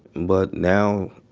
but now,